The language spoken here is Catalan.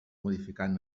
modificant